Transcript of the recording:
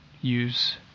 use